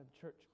church